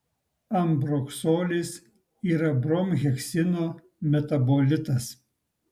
ambroksolis yra bromheksino metabolitas